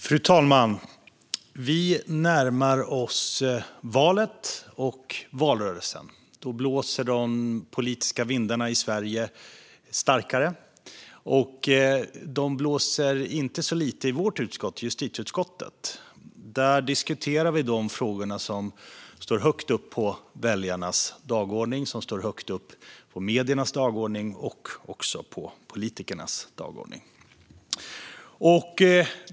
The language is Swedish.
Fru talman! Vi närmar oss valet och valrörelsen. Då blåser de politiska vindarna i Sverige starkare. De blåser inte så lite i vårt utskott, justitieutskottet. Där diskuterar vi de frågor som står högt upp på väljarnas dagordning, som står högt upp på mediernas dagordning och som står högt upp på politikernas dagordning.